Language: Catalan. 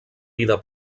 vida